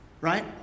right